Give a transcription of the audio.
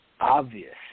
obvious